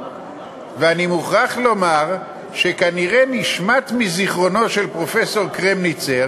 ואני מוכרח לומר שכנראה נשמט מזיכרונו של פרופסור קרמניצר